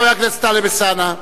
חבר הכנסת טלב אלסאנע.